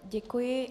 Děkuji.